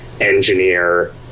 Engineer